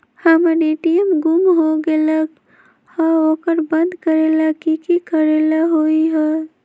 हमर ए.टी.एम गुम हो गेलक ह ओकरा बंद करेला कि कि करेला होई है?